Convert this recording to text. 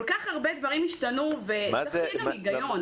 כל כך הרבה דברים השתנו וצריך שיהיה גם הגיון.